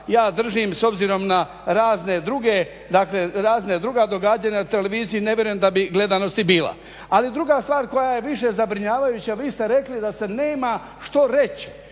ja držim s obzirom na razne druga događanja na televiziji ne vjerujem da bi gledanost i bila. Ali druga stvar koja je više zabrinjavajuća vi ste rekli a se nema što reći